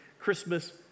Christmas